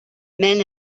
men